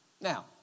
Now